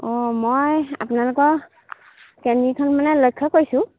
অঁ মই আপোনালোকৰ কেণ্টিনখন মানে লক্ষ্য কৰিছোঁ